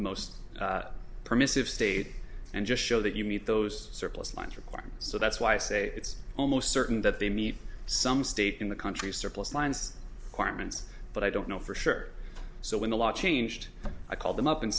the most permissive state and just show that you meet those surplus funds required so that's why i say it's almost certain that they meet some state in the country surplus lands cartman's but i don't know for sure so when the law changed i called them up and